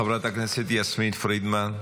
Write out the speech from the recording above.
חברת הכנסת יסמין פרידמן,